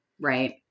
Right